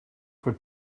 for